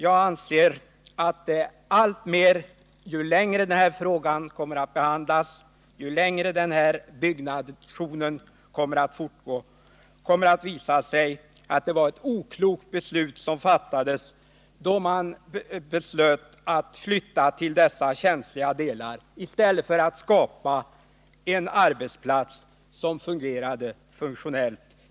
Jag anser att ju längre den här frågan behandlas och ju längre byggnationen fortgår, desto mer kommer det att visa sig att det var ett oklokt beslut som fattades, då man bestämde sig för att flytta till dessa känsliga delar i stället för att skapa en arbetsplats som fungerar funktionellt.